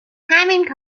همین